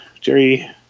Jerry